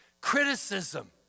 Criticism